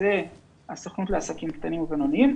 זה הסוכנות לעסקים קטנים ובינוניים.